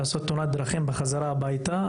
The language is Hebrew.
לעשות תאונת דרכים בדרך חזרה הביתה,